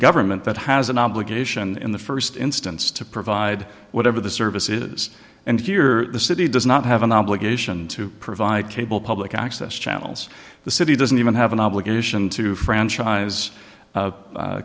government that has an obligation in the first instance to provide whatever the service is and here the city does not have an obligation to provide cable public access channels the city doesn't even have an obligation to franchise